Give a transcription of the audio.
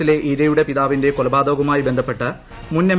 ഉന്നാവോ കേസിലെ ഇരയുടെ പിതാവിന്റെ കൊലപാതകവുമായി ബന്ധപ്പെട്ട് മുൻ എം